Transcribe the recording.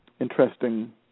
Interesting